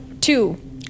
two